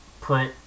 put